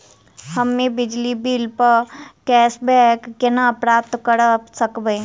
हम्मे बिजली बिल प कैशबैक केना प्राप्त करऽ सकबै?